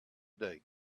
day